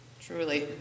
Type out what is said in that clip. truly